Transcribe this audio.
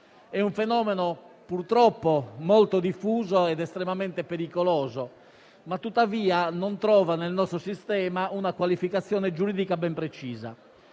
Il fenomeno è purtroppo molto diffuso ed estremamente pericoloso, che non trova però nel nostro sistema una qualificazione giuridica ben precisa.